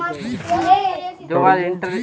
Pheromone trap क्या होता है?